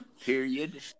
Period